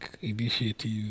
initiative